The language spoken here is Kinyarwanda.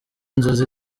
nzozi